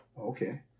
Okay